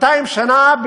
200 שנה.